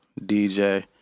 DJ